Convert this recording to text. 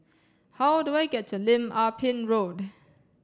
how do I get to Lim Ah Pin Road